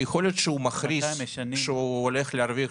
יכול להיות שהוא מכריז שהוא הולך להרוויח